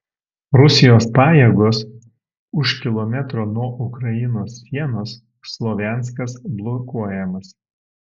rusijos pajėgos už kilometro nuo ukrainos sienos slovjanskas blokuojamas